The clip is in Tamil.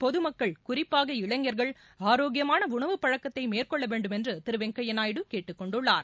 பொதுமக்கள் குறிப்பாக இளைஞர்கள் ஆரோக்கியமான உணவு பழக்கத்தை மேற்கொள்ள வேண்டுமென்று திரு வெங்கையா நாயுடு கேட்டுக் கொண்டுள்ளார்